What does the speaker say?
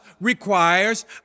requires